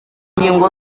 inkingo